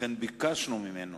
לכן ביקשנו ממנו